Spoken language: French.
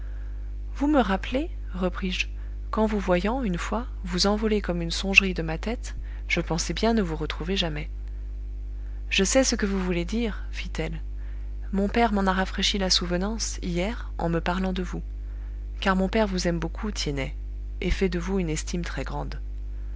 vous me rappelez repris-je qu'en vous voyant une fois vous envoler comme une songerie de ma tête je pensais bien ne vous retrouver jamais je sais ce que vous voulez dire fit-elle mon père m'en a rafraîchi la souvenance hier en me parlant de vous car mon père vous aime beaucoup tiennet et fait de vous une estime